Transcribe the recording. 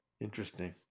Interesting